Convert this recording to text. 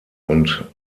und